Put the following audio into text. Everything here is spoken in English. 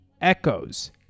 Echoes